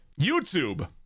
YouTube